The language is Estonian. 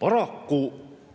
Paraku